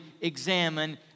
examine